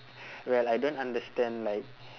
well I don't understand like